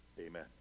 Amen